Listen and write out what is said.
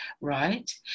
Right